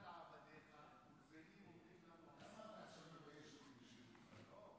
תאר לך שהוא היה צריך להוציא את הילדים שלו מוקדם היום.